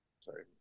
sorry